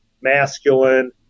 masculine